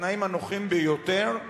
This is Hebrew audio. בתנאים הנוחים ביותר,